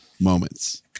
moments